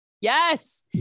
Yes